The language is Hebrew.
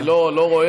אני לא רואה,